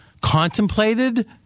contemplated